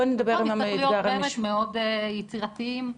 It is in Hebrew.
צריך להיות מאוד יצירתיים בחשיבה,